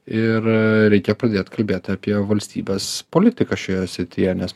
ir reikia pradėt kalbėt apie valstybės politiką šioje srityje nes